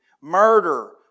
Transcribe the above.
murder